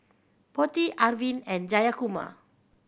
Potti Arvind and Jayakumar